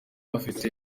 bafite